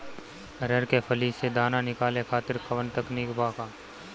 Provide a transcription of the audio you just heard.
अरहर के फली से दाना निकाले खातिर कवन तकनीक बा का?